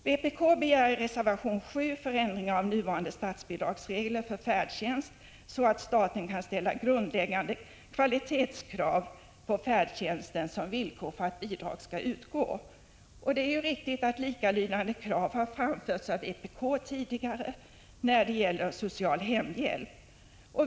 Vpk begär i reservation 7 förändringar av nuvarande statsbidragsregler för färdtjänst så att staten kan ställa grundläggande kvalitetskrav på färdtjänsten som villkor för att bidrag skall utgå. Det är riktigt att likalydande krav har framförts av vpk tidigare när det gäller social hemhjälp.